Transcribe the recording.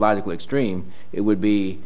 logical extreme it would be